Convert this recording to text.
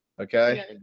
okay